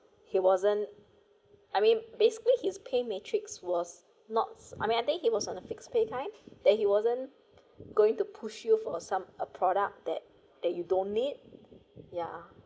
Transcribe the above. he wasn't I mean basically his pay matrix was not I mean I think he was on a fixed pay time then he wasn't going to push you for some a product that that you don't need yeah